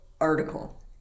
article